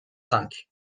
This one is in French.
cinq